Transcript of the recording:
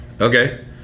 Okay